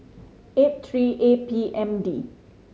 eight three A P M D